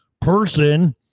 Person